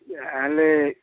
ଯାହାହେଲେ